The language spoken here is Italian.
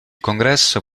congresso